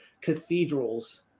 cathedrals